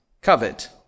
covet